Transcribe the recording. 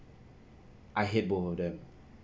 I hate both of them